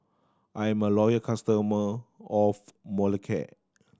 I am a loyal customer of Molicare